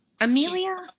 amelia